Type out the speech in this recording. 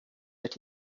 that